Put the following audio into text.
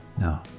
No